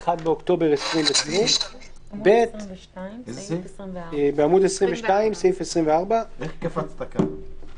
(1 באוקטובר 2020). סעיף קטן (ב)